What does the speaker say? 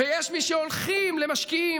ויש מי שהולכים למשקיעים,